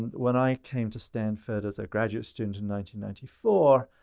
when i came to stanford as a graduate student in ninety ninety four,